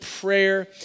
prayer